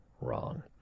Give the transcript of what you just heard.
Wrong